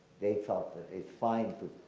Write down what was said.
they felt that it's fine to